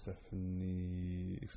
Stephanie